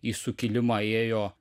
į sukilimą ėjo